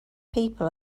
people